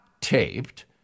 taped